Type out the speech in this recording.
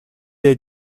est